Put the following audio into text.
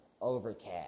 Overcast